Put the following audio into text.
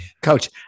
Coach